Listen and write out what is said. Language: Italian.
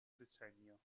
decennio